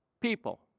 people